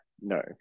no